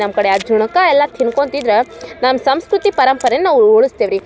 ನಮ್ಮ ಕಡೆ ಆ ಜುಣುಕ ಎಲ್ಲ ತಿನ್ಕೊಂತಿದ್ರೆ ನಮ್ಮ ಸಂಸ್ಕೃತಿ ಪರಂಪರೆನ ನಾವು ಉಳಿಸ್ತೇವ್ ರೀ